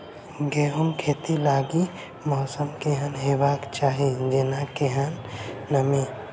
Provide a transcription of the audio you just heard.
गेंहूँ खेती लागि मौसम केहन हेबाक चाहि जेना केहन नमी?